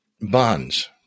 bonds